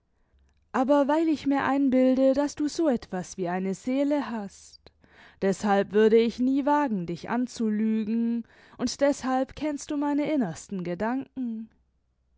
aber weil ich mir einbilde daß du so etwas wie eine seele hast deshalb würde ich nie wagen dich anzulügen und deshalb kennst du meine innersten gedanken